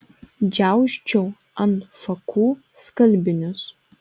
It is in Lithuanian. džiausčiau ant šakų skalbinius